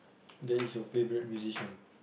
that is your favourite musician